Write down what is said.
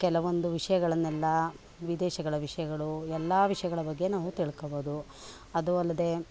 ಕೆಲವೊಂದು ವಿಷಯಗಳನ್ನೆಲ್ಲ ವಿದೇಶಗಳ ವಿಷಯಗಳು ಎಲ್ಲ ವಿಷಯಗಳ ಬಗ್ಗೆ ನಾವು ತಿಳ್ಕೊಳ್ಬೋದು ಅದು ಅಲ್ಲದೆ